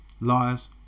Liars